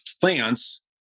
plants